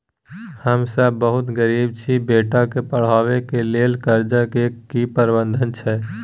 हम सब बहुत गरीब छी, बेटा के पढाबै के लेल कर्जा के की प्रावधान छै?